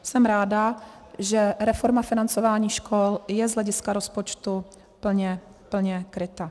Jsem ráda, že reforma financování škol je z hlediska rozpočtu plně, plně kryta.